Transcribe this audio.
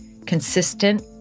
consistent